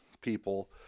people